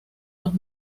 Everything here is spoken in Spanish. los